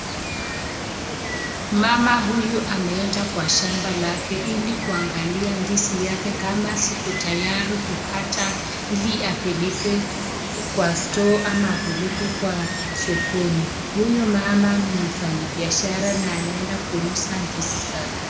Mama huyu ameenda kwa shamba lake ili kuangalia ndizi zake kama ziko tayari kukata ili apeleke kwa store ama apeleke kwa sokoni huyu mama ni mfanyibiashara na anaenda kuuza ndizi zake.